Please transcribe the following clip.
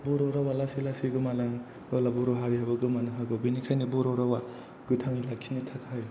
बर' रावा लासै लासै गोमालांब्ला अब्ला बर' हारिआबो गोमानो हागौ बेनिखायनो बर' रावआ गोथाङै लाखिनो थाखाय